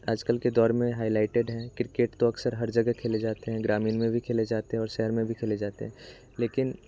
आजकल के दौर में हाइलाइटेड हैं किरकेट तो अक्सर हर जगह खेले जाते हैं ग्रामीण में भी खेले जाते हैं और शहर में भी खेले जाते हैं लेकिन